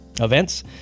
Events